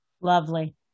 Lovely